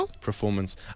performance